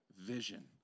vision